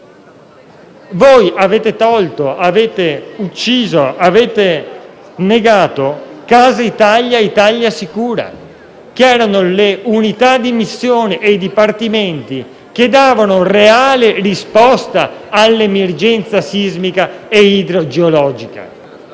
Voi avete tolto, avete ucciso e negato Casa Italia e Italia sicura, che erano le unità di missione e i dipartimenti che davano reale risposta all’emergenza sismica ed idrogeologica.